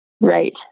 right